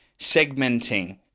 segmenting